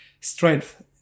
strength